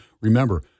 Remember